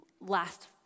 last